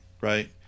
right